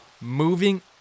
moving